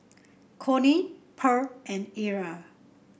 Connie Pearl and Era